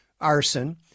arson